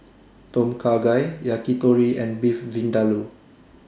Tom Kha Gai Yakitori and Beef Vindaloo